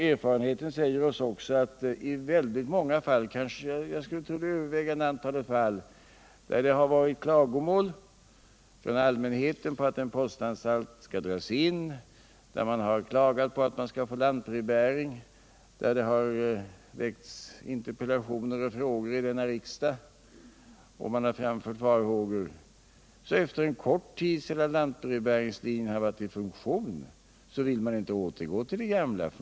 Men vi vet att i väldigt många fall — jag skulle tro i övervägande antalet fall — där det framförts klagomål från allmänheten över att en postanstalt skall dras in, där man klagat över att en ort skall få lantbrevbäring, där det har framställts interpellationer och frågor i denna riksdag och man har framfört farhågor av liknande slag så vill man en kort tid efter att lantbrevbäringen varit i funktion inte återgå till det gamla.